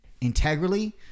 integrally